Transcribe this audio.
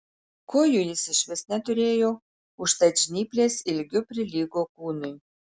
kojų jis išvis neturėjo užtat žnyplės ilgiu prilygo kūnui